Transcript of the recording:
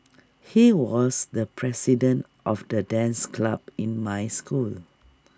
he was the president of the dance club in my school